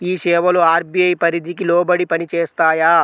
ఈ సేవలు అర్.బీ.ఐ పరిధికి లోబడి పని చేస్తాయా?